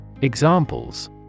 Examples